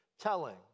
telling